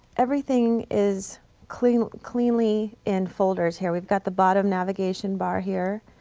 everything is cleanly cleanly in folders here, we've got the bottom navigation bar here.